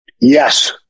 Yes